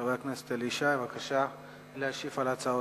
חבר הכנסת אלי ישי, בבקשה להשיב על ההצעות.